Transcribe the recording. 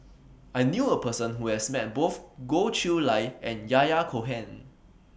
I knew A Person Who has Met Both Goh Chiew Lye and Yahya Cohen